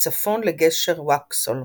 מצפון לגשר ווקסהול.